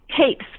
tapes